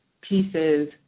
pieces